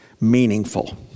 meaningful